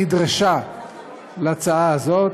היא נדרשה להצעה הזאת,